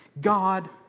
God